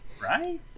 right